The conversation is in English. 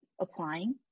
applying